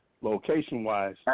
location-wise